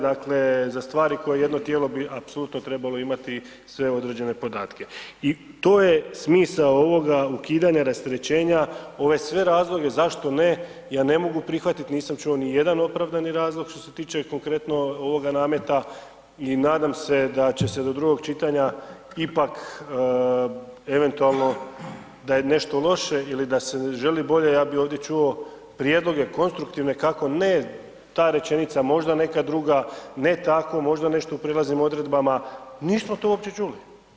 Dakle, za stvari koje jedno tijelo bi apsolutno trebalo imati sve određene podatke i to je smisao ovoga ukidanja rasterećenja, ove sve razloge zašto ne, ja ne mogu prihvatiti, nisam čuo nijedan opravdani razlog što se tiče konkretno ovoga nameta i nadam se da će se do drugog čitanja ipak eventualno da je nešto loše ili da se želi bolje, ja bih ovdje čuo prijedloge, konstruktivne, kako ne ta rečenica, možda neka druga, ne tako, možda nešto u prijelaznim odredbama, nismo to uopće čuli.